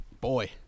boy